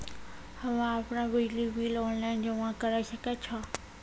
हम्मे आपनौ बिजली बिल ऑनलाइन जमा करै सकै छौ?